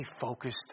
focused